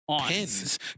pins